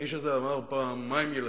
והאיש הזה אמר פעם: מהם ילדים?